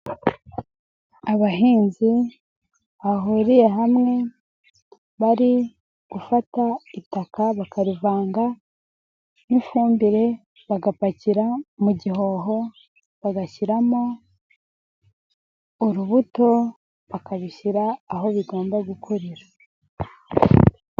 Abahinzi bahuriye hamwe bari gufata itaka bakarivanga n'ifumbire, bagapakira mu gihoho bagashyiramo urubuto bakabishyira aho bigomba gukorera.